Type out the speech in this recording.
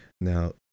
Now